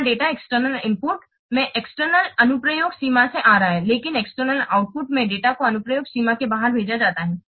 यहां data external input में external अनुप्रयोग सीमा से आ रहा है लेकिन एक्सटर्नल आउटपुट में डेटा को अनुप्रयोग सीमा के बाहर भेजा जाता है